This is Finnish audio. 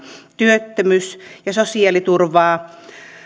työttömyys ja sosiaaliturvaa uudistamalla